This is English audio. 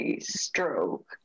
stroke